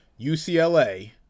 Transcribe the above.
UCLA